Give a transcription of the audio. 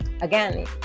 Again